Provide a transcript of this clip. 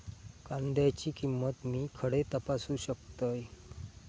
कांद्याची किंमत मी खडे तपासू शकतय?